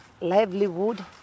livelihood